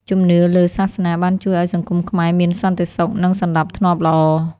ជំនឿលើសាសនាបានជួយឱ្យសង្គមខ្មែរមានសន្តិសុខ និងសណ្តាប់ធ្នាប់ល្អ។